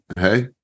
hey